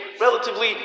relatively